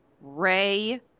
Ray